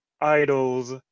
idols